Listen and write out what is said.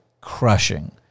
crushing